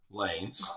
lanes